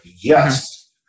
Yes